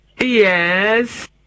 Yes